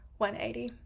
180